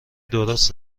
درست